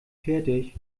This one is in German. fertig